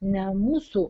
ne mūsų